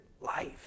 Life